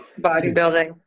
bodybuilding